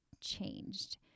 changed